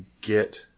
get